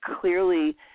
clearly